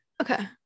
okay